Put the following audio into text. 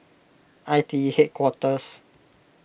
I T E Headquarters